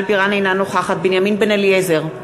אינה נוכחת בנימין בן-אליעזר,